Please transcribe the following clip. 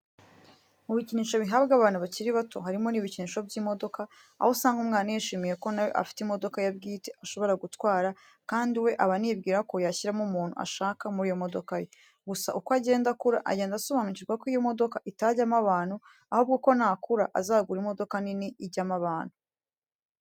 Mu bikinisho bihabwa abana bakiri bato harimo n'ibikisho by'imodoka aho usanga umwana yishimiye ko nawe afite imodoka ye bwite ashobora gutwara kandi we aba anibwira ko yashyiramo umuntu ashaka muri iyo modoka ye. Gusa uko agenda akura agenda asobanukirwa ko iyo modoka itajyamo abantu ahubwo ko nakura azagura imodoka nini ijyamo abantu.